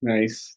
Nice